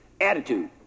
attitude